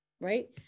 right